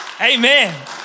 Amen